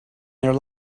their